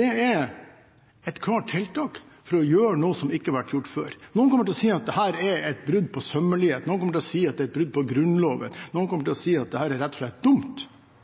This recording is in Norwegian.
Det er et tiltak som ikke har vært gjort før. Noen vil si at dette er et brudd på sømmeligheten. Noen kommer til å si at det er et brudd på Grunnloven. Noen kommer til å si at dette rett og slett er dumt.